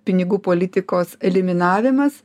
pinigų politikos eliminavimas